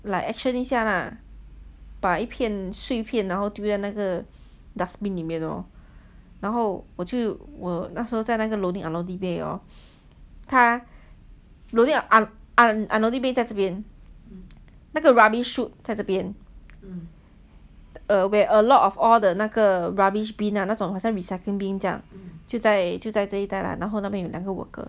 like action 一下 lah 把一片碎片然后丢在那个 dustbin 里面 lor 然后我就我那时候在那个 loading unloading bay hor 他 loading unloading bay 在这边那个 rubbish chute 在这边 where a lot of all the 那个 rubbish bin 那种好像 recycling bin 这样就在就在这一带 lah 然后那边有两个 worker